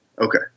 Okay